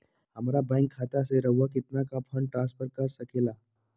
हमरा बैंक खाता से रहुआ कितना का फंड ट्रांसफर कर सके ला?